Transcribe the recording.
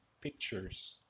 pictures